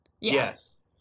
Yes